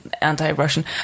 anti-Russian